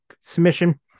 Submission